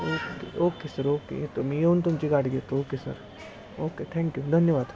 okay okay sir okay येतो मी येऊन तुमची गाठ घेतो ओके सर ओके थँक्यू धन्यवाद